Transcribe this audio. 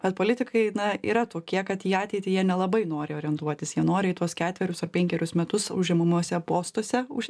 bet politikai na yra tokie kad į ateitį jie nelabai nori orientuotis jie nori į tuos ketverius ar penkerius metus užimamuose postuose už